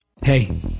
Hey